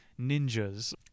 ninjas